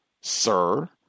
sir